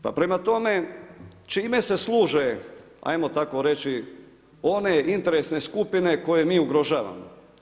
Pa prema tome, čime se služe, ajmo tako reći one interesne skupine koje mi ugrožavamo?